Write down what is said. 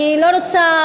אני לא רוצה,